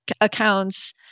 accounts